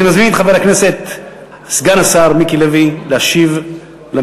אני מזמין את חבר הכנסת סגן השר מיקי לוי להשיב למתדיינים.